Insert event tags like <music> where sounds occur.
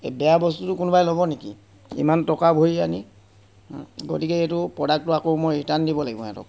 এই বেয়া বস্তুটো কোনোবাই ল'ব নেকি ইমান টকা ভৰি আনি <unintelligible> গতিকে এইটো প্ৰডাক্টটো আকৌ মই ৰিটাৰ্ণ দিব লাগিব সিহঁতক